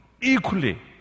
equally